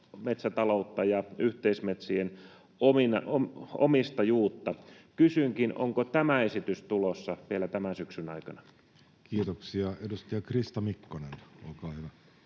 perhemetsätaloutta ja yhteismetsien omistajuutta. Kysynkin: onko tämä esitys tulossa vielä tämän syksyn aikana? Kiitoksia. — Edustaja Krista Mikkonen, olkaa hyvä.